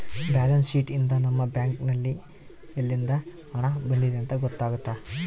balance sheet ಯಿಂದ ನಮ್ಮ bank ನಲ್ಲಿ ಯಲ್ಲಿಂದ ಹಣ ಬಂದಿದೆ ಅಂತ ಗೊತ್ತಾತತೆ